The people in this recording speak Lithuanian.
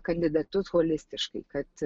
kandidatus holistiškai kad